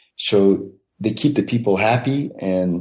so they keep the people happy and